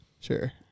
Sure